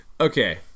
Okay